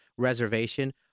reservation